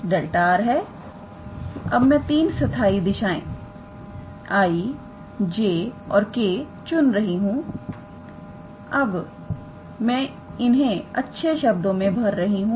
अब मैं 3 स्थाई दिशाएं 𝑖̂𝑗̂ और 𝑘̂ चुन रही हूं अब मैं इन्हें अच्छे शब्दों में भर रही हूं